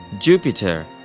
Jupiter